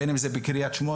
בין אם זה בקריית שמונה,